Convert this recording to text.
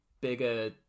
bigger